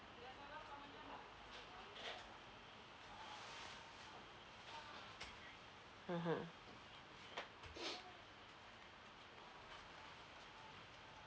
mmhmm